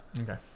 Okay